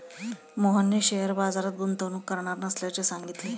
मोहनने शेअर बाजारात गुंतवणूक करणार नसल्याचे सांगितले